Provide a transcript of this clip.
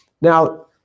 Now